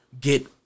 get